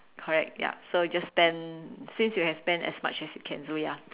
correct ya so just spend since you can spend as much as you can so ya